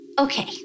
Okay